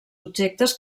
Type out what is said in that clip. objectes